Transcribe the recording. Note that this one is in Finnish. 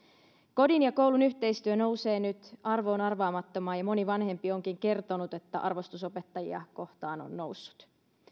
kodin ja koulun yhteistyö nousee nyt arvoon arvaamattomaan ja moni vanhempi onkin kertonut että arvostus opettajia kohtaan on noussut